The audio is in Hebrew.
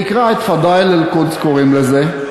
תקרא את "פדאיל אלקודס"; כך קוראים לזה.